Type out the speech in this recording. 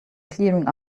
clearing